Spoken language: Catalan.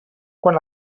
quan